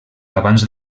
abans